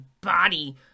body